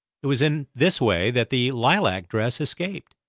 it was in this way that the lilac dress escaped,